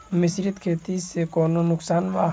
मिश्रित खेती से कौनो नुकसान वा?